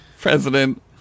President